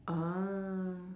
ah